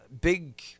big